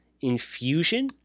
infusion